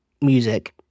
music